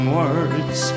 words